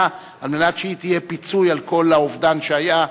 על מנת שהיא תהיה פיצוי על כל האובדן שהיה.